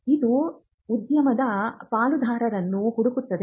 ಇದು ಉದ್ಯಮದ ಪಾಲುದಾರರನ್ನು ಹುಡುಕುತ್ತದೆ